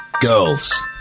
Girls